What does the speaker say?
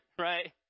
right